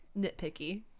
nitpicky